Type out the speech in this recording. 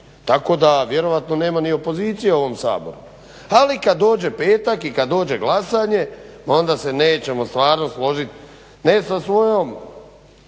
tako da vjerojatno nema ni opozicije u ovom Saboru. Ali kada dođe petak i kada dođe glasanje onda će nećemo stvarno složiti ne sa svojom